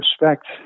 respect